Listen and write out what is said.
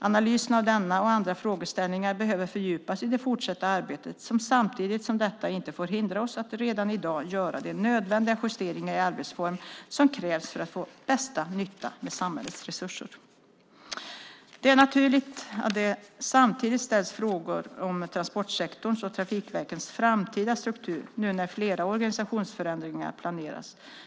Analysen av denna och andra frågeställningar behöver fördjupas i det fortsatta arbetet, samtidigt som detta inte får hindra oss att redan i dag göra de nödvändiga justeringar i arbetsform som krävs för att få bästa nytta med samhällets resurser. Det är naturligt att det samtidigt ställs frågor om transportsektorns och trafikverkens framtida struktur, nu när flera organisationsförändringar planeras.